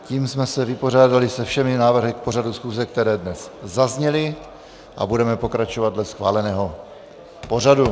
Tím jsme se vypořádali se všemi návrhy k pořadu schůze, které dnes zazněly, a budeme pokračovat dle schváleného pořadu.